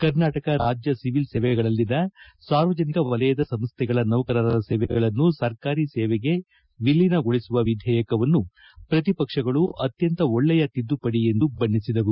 ಕರ್ನಾಟಕ ರಾಜ್ಯ ಸಿವಿಲ್ ಸೇವೆಗಳಲ್ಲಿನ ಸಾರ್ವಜನಿಕ ವಲಯದ ಸಂಸ್ಥೆಗಳ ನೌಕರರ ಸೇವೆಗಳನ್ನು ಸರ್ಕಾರಿ ಸೇವೆಗೆ ವಿಲೀನಗೊಳಿಸುವ ವಿಧೇಯಕವನ್ನು ಪ್ರತಿಪಕ್ಷಗಳು ಅತ್ಯಂತ ಒಳ್ಳೆಯ ತಿದ್ದುಪಡಿ ಎಂದು ಬಣ್ಣೆಸಿದವು